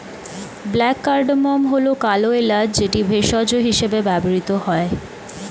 black cardamom হল কালো এলাচ যেটি ভেষজ হিসেবে ব্যবহৃত হয়